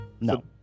No